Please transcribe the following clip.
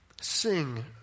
sing